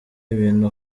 ibintu